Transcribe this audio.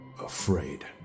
afraid